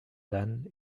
then